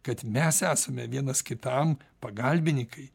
kad mes esame vienas kitam pagalbinikai